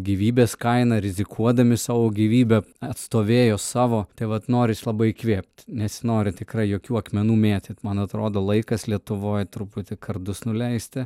gyvybės kaina rizikuodami savo gyvybe atstovėjo savo tai vat noris labai įkvėpt nesinori tikrai jokių akmenų mėtyt man atrodo laikas lietuvoj truputį kardus nuleisti